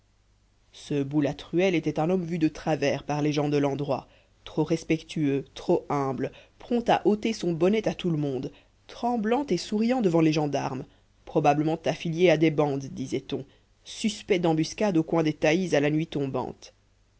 ce boulatruelle était un homme vu de travers par les gens de l'endroit trop respectueux trop humble prompt à ôter son bonnet à tout le monde tremblant et souriant devant les gendarmes probablement affilié à des bandes disait-on suspect d'embuscade au coin des taillis à la nuit tombante